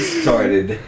started